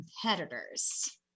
competitors